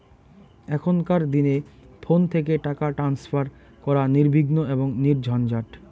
এখনকার দিনে ফোন থেকে টাকা ট্রান্সফার করা নির্বিঘ্ন এবং নির্ঝঞ্ঝাট